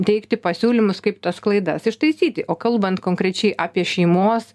teikti pasiūlymus kaip tas klaidas ištaisyti o kalbant konkrečiai apie šeimos